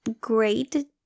great